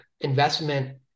investment